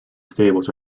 stables